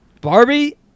Barbie